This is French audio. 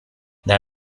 dans